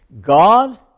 God